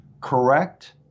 correct